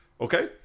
Okay